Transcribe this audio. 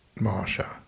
Marsha